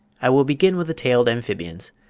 i will begin with the tailed amphibians.